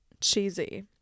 cheesy